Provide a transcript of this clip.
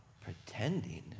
pretending